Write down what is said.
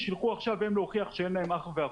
שילכו עכשיו הם להוכיח שאין להם אח או אחות.